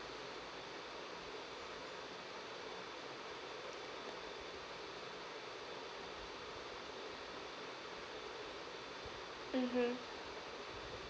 mmhmm